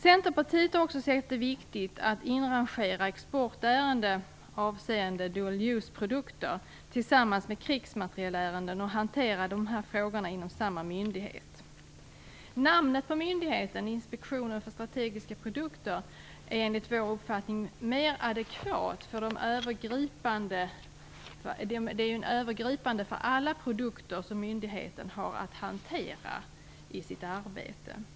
Centerpartiet har också sett det som viktigt att exportärenden avseende dual use-produkter inrangeras tillsammans med krigsmaterielärenden och att dessa frågor hanteras inom samma myndighet. Namnet på myndigheten, Inspektionen för strategiska produkter, är enligt vår uppfattning mer adekvat, eftersom alla produkter som myndigheten har att hantera i sitt arbete inbegrips.